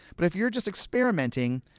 but if you're just experimenting,